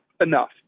enough